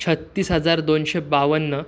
छत्तीस हजार दोनशे बावन्न